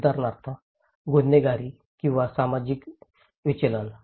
उदाहरणार्थ गुन्हेगारी किंवा सामाजिक विचलन